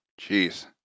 Jeez